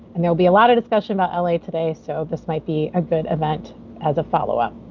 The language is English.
and there will be a lot of discussion about l a. today so this might be a good event as a follow-up.